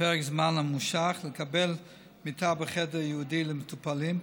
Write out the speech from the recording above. לפרק זמן ממושך לקבל מיטה בחדר ייעודי למטופלים,